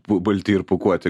ba balti ir pūkuoti